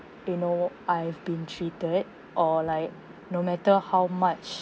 you know I've been cheated or like no matter how much